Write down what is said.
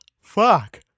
fuck